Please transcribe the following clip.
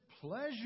pleasure